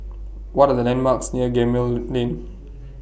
What Are The landmarks near Gemmill Lane